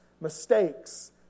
mistakes